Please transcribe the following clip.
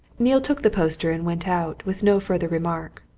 neale took the poster and went out, with no further remark.